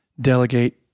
Delegate